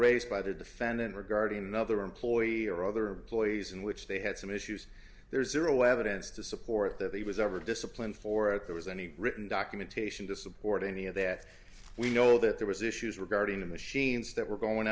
raised by the defendant regarding another employee or other ploys in which they had some issues there's zero evidence to support that he was ever disciplined for it there was any written documentation to support any of that we know that there was issues regarding the machines that were going